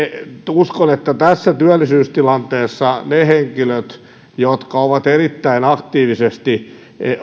uskon että tässä työllisyystilanteessa ne henkilöt jotka ovat erittäin aktiivisesti